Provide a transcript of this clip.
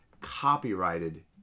copyrighted